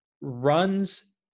runs